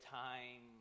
time